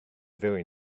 very